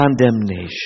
condemnation